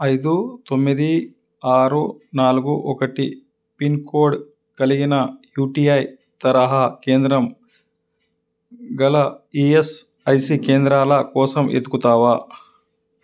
ఐదు తొమ్మిది ఆరు నాలుగు ఒకటి పిన్ కోడ్ కలిగిన యూటిఐ తరహా కేంద్రం గల ఈఎస్ఐసీ కేంద్రాల కోసం వెతుకుతావా